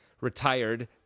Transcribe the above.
retired